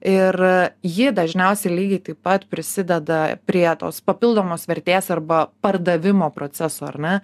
ir ji dažniausiai lygiai taip pat prisideda prie tos papildomos vertės arba pardavimo proceso ar ne